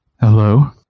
Hello